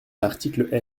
l’article